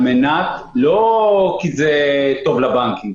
לא כי זה טוב לבנקים,